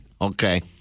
Okay